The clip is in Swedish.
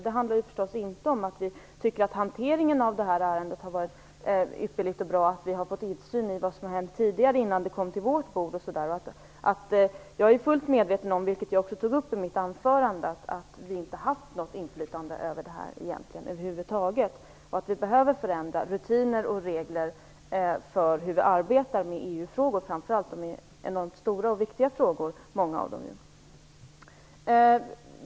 Det handlar förstås inte om att vi tycker att hanteringen av detta ärende har varit ypperligt och bra, och att vi har fått insyn i vad som hänt innan det kom på vårt bord. Jag är fullt medveten om - det tog jag också upp i mitt anförande - att vi egentligen inte har haft något inflytande i det här fallet över huvud taget. Vi behöver förändra rutiner och regler för hur vi arbetar med EU-frågor, framför allt med frågor som är så enormt stora och viktiga som många är.